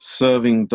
serving